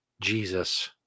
Jesus